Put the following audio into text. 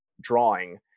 drawing